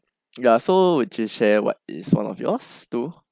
ya so would you share what is one of your too